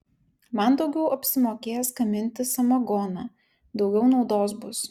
man daugiau apsimokės gaminti samagoną daugiau naudos bus